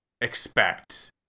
expect